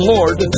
Lord